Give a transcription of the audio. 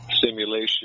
simulation